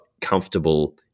comfortable